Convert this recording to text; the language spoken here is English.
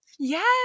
Yes